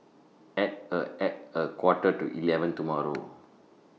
At A At A Quarter to eleven tomorrow